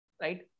right